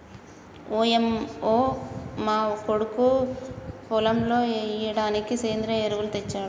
ఓయంమో మా కొడుకు పొలంలో ఎయ్యిడానికి సెంద్రియ ఎరువులు తెచ్చాడు